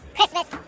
Christmas